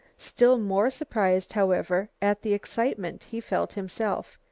still more surprised, however, at the excitement he felt himself.